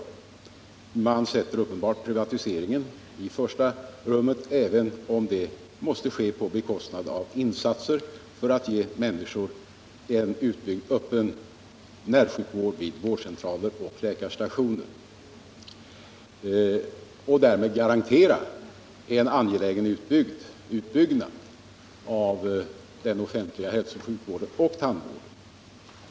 Det är uppenbart att man sätter privatiseringen i främsta rummet, även om den måste ske på bekostnad av insatser för att bygga ut den öppna närsjukvård vid vårdcentraler och läkarstationer som skulle garantera en angelägen förbättring av den offentliga hälsooch sjukvården och tandvården.